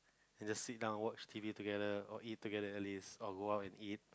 and just sit down watch T_V together or eat together at least or go out and eat